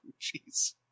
Jeez